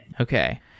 Okay